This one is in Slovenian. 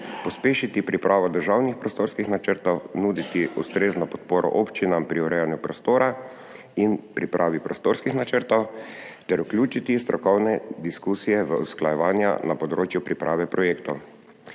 pospešiti pripravo državnih prostorskih načrtov, nuditi ustrezno podporo občinam pri urejanju prostora in pripravi prostorskih načrtov ter vključiti strokovne diskusije usklajevanja na področju priprave projektov.